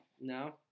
No